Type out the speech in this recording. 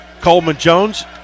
Coleman-Jones